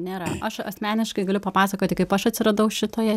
nėra aš asmeniškai galiu papasakoti kaip aš atsiradau šitoje